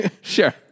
Sure